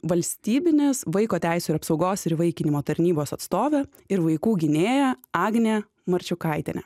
valstybinės vaiko teisių apsaugos ir įvaikinimo tarnybos atstovė ir vaikų gynėja agnė marčiukaitienė